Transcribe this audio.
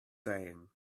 saying